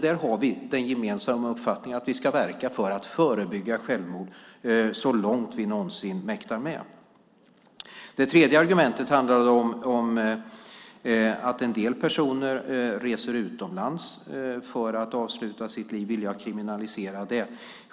Där har vi dock den gemensamma uppfattningen att vi ska verka för att förebygga självmord så långt vi någonsin mäktar med. Det tredje argumentet handlade om att en del personer reser utomlands för att avsluta sitt liv. Vill jag kriminalisera detta?